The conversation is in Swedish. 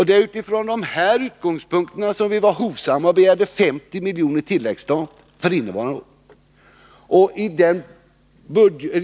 Det är utifrån dessa utgångspunkter som vi har varit hovsamma och begärt 50 milj.kr. på tilläggsstat för innevarande år.